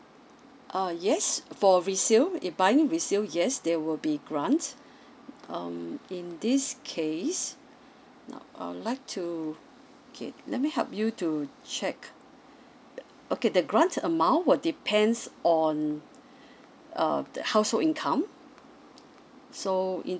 uh yes for resale if buying resale yes there will be grant um in this case now I'd like to okay let me help you to check uh okay the grant amount will depends on uh the household income so in